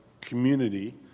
community